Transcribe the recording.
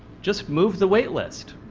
just move the waitlist.